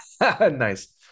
Nice